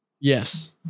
Yes